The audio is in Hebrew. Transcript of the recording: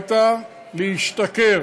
הרי אתה עושה את זה,